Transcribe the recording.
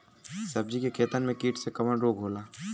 सब्जी के खेतन में कीट से कवन रोग होला?